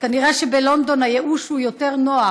כנראה שבלונדון הייאוש יותר נוח,